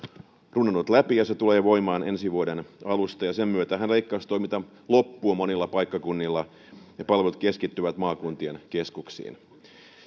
runnonut läpi ja se tulee voimaan ensi vuoden alusta ja sen myötähän leikkaustoiminta loppuu monilla paikkakunnilla ja palvelut keskittyvät maakuntien keskuksiin